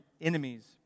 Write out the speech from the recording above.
enemies